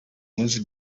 munsi